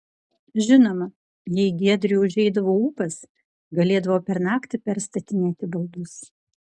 žinoma jei giedriui užeidavo ūpas galėdavo per naktį perstatinėti baldus